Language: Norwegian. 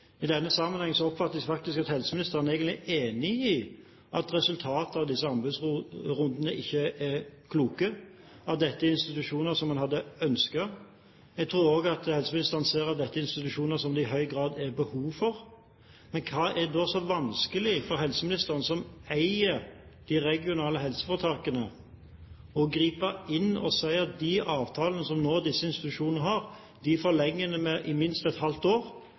I denne sammenheng oppfatter jeg faktisk at helseministeren egentlig er enig i at resultatet av disse anbudsrundene ikke er kloke, at dette er institusjoner som en hadde ønsket. Jeg tror også at helseministeren ser at dette er institusjoner som det i høy grad er behov for. Hvorfor er det da så vanskelig for helseministeren, som eier de regionale helseforetakene, å gripe inn og si at de avtalene som disse institusjonene har, forlenger vi med minst et halvt år,